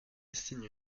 signe